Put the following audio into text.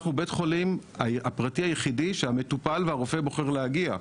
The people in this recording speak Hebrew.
אנחנו בית החולים הפרטי היחידי שהמטופל והרופא בוחר להגיע,